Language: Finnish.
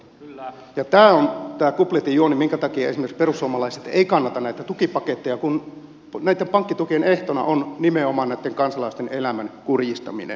tämä on se kupletin juoni minkä takia esimerkiksi perussuomalaiset ei kannata näitä tukipaketteja kun näitten pankkitukien ehtona on nimenomaan kansalaisten elämän kurjistaminen